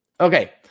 Okay